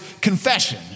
confession